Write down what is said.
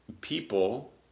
people